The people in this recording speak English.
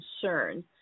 concern